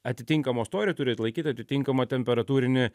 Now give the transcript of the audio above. atitinkamo storio ji turi atlaikyti atitinkamą temperatūrinį